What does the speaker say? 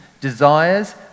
desires